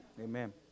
Amen